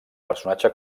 personatge